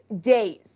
days